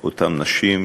של אותם נשים,